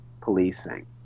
policing